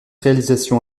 réalisation